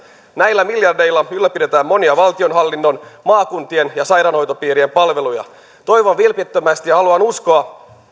näillä miljardeilla ylläpidetään monia valtionhallinnon maakuntien ja sairaanhoitopiirien palveluja toivon vilpittömästi ja haluan uskoa